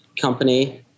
company